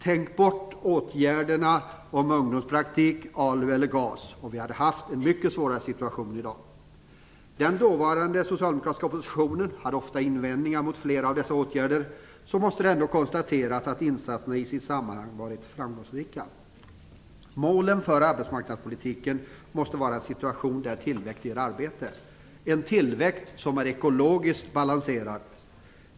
Tänk bort åtgärderna om ungdomspraktik, ALU och GAS, då hade vi haft en mycket svårare situation i dag. Den dåvarande socialdemokratiska oppositionen hade ofta invändningar mot fler av dessa insatser, men det måste konstateras att insatserna, sedda i sitt sammanhang, varit framgångsrika. Målet för arbetsmarknadspolitiken måste vara en situation där tillväxt ger arbete - en tillväxt som är ekologiskt balanserad.